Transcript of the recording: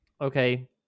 Okay